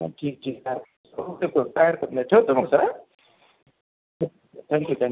हां ठीक ठीक आहे करून ठेवतो काही हरकत नाही ठेवतो मग हां थॅंक्यू थॅंक्यू